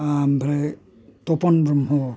ओमफ्राय तपन ब्रम्ह